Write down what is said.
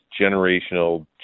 generational